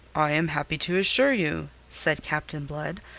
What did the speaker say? i am happy to assure you, said captain blood,